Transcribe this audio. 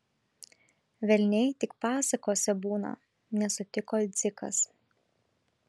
velniai tik pasakose būna nesutiko dzikas